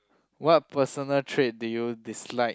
what personal trait do you dislike